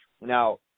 now